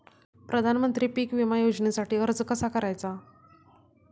प्रधानमंत्री पीक विमा योजनेसाठी अर्ज कसा करायचा?